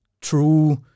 true